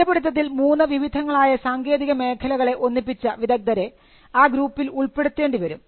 കണ്ടുപിടിത്തത്തിൽ മൂന്ന് വിവിധങ്ങളായ സാങ്കേതിക മേഖലകളെ ഒന്നിപ്പിച്ച വിദഗ്ധരെ ആ ഗ്രൂപ്പിൽ ഉൾപ്പെടുത്തേണ്ടിവരും